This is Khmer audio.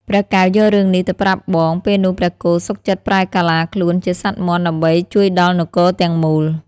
ព្រះកែវយករឿងនេះទៅប្រាប់បង ពេលនោះព្រះគោសុខចិត្តប្រែកាឡាខ្លួនជាសត្វមាន់ដើម្បីជួយដល់នគរទាំងមូល ។